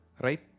right